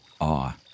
awe